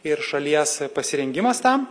ir šalies pasirengimas tam